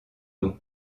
d’eau